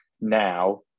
now